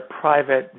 private